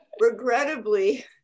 regrettably